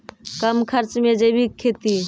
कम खर्च मे जैविक खेती?